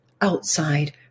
outside